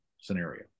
scenario